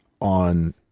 on